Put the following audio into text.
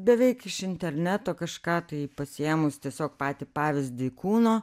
beveik iš interneto kažką tai pasiėmus tiesiog patį pavyzdį kūno